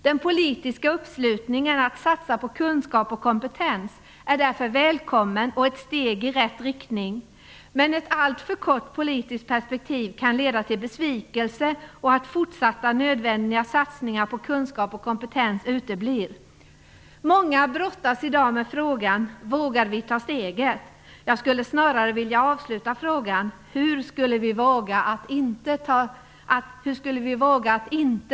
Den politiska uppslutningen att satsa på kunskap och kompetens är därför välkommen och ett steg i rätt riktning, men ett alltför kort politiskt perspektiv kan leda till besvikelse och att fortsatta nödvändiga satsningar på kunskap och kompetens uteblir. Många brottas i dag med frågan: Vågar vi ta steget? Jag skulle snarare vilja avsluta frågan: Hur skulle vi våga att inte våga?"